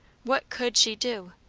what could she do?